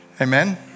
Amen